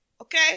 Okay